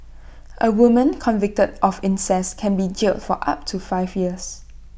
A woman convicted of incest can be jailed for up to five years